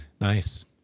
Nice